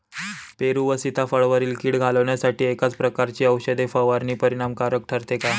पेरू व सीताफळावरील कीड घालवण्यासाठी एकाच प्रकारची औषध फवारणी परिणामकारक ठरते का?